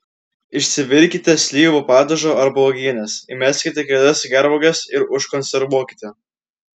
išsivirkite slyvų padažo arba uogienės įmeskite kelias gervuoges ir užkonservuokite